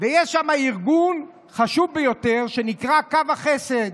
ויש שם ארגון חשוב ביותר שנקרא "קו החסד".